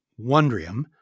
Wondrium